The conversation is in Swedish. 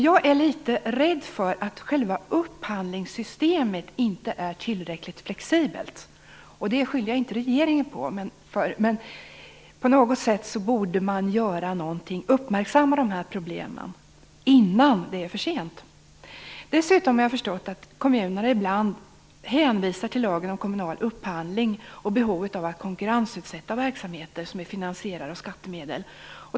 Jag är litet rädd för att själva upphandlingssystemet inte är tillräckligt flexibelt. Jag beskyller inte regeringen för det, men på något sätt borde man göra någonting och uppmärksamma de här problemen - innan det är för sent. Dessutom har jag förstått att kommuner ibland hänvisar till lagen om kommunal upphandling och behovet av att konkurrensutsätta verksamheter som finansieras av skattemedel.